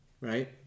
right